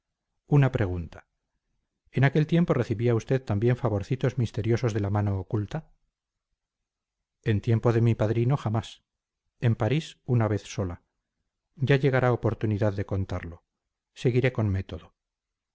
una pregunta en aquel tiempo recibía usted también favorcitos misteriosos de la mano oculta en tiempo de mi padrino jamás en parís una vez sola ya llegará oportunidad de contarlo seguiré con método